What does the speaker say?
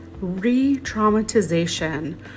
re-traumatization